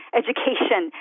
education